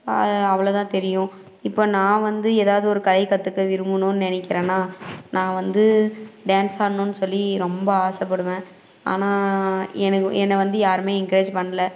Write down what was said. அது அவ்வளோ தான் தெரியும் இப்போ நான் வந்து எதாவது ஒரு கலை கற்றுக்க விரும்பணுன்னு நினைக்கிறேன்னா நான் வந்து டான்ஸ் ஆடணுன்னு சொல்லி ரொம்ப ஆசைப்படுவேன் ஆனால் எனக்கு என்ன வந்து யாருமே என்கரேஜ் பண்ணல